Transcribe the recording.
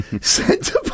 Centre